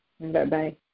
Bye-bye